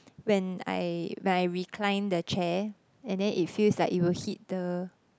when I when I recline the chair and then it feels like it will hit the